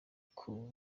ariko